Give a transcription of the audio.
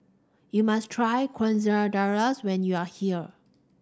you must try Quesadillas when you are here